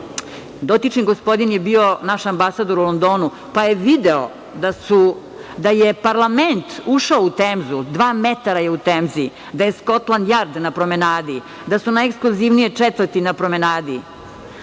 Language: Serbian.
Dotični gospodin je bio naš ambasador u Londonu, pa je video da je parlament ušao u Temzu, dva metra je u Temzi, da je Skotland Jard na promenadi, da su najeksluzivnije četvrti na promenadi.